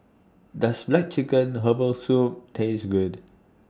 Does Black Chicken Herbal Soup Taste Good